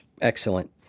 Excellent